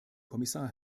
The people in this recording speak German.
kommissar